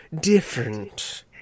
different